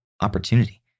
opportunity